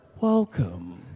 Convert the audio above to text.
Welcome